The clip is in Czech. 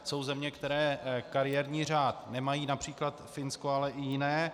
Jsou země, které kariérní řád nemají, např. Finsko, ale i jiné.